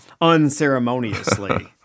unceremoniously